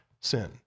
sin